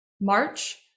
March